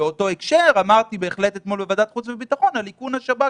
באותו הקשר אמרתי בהחלט אתמול בוועדת חוץ וביטחון על איכון השב"כ